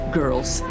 girls